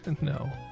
No